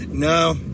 No